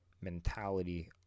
mentality